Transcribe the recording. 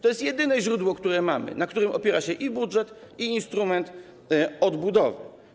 To jest jedyne źródło, które mamy, na którym opiera się i budżet, i instrument odbudowy.